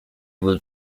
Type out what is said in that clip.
will